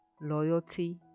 loyalty